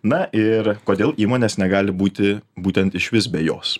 na ir kodėl įmonės negali būti būtent išvis be jos